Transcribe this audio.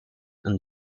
and